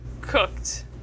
cooked